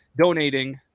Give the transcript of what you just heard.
donating